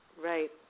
Right